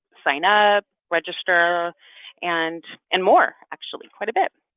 sign up, register and and more actually quite a bit.